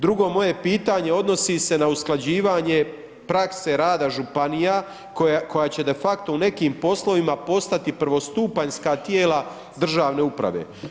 Drugo, moje pitanje odnosi se na usklađivanje prakse rada županija koja će de facto u nekim poslovima postati prvostupanjska tijela državne uprave.